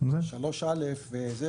3 א' וזה,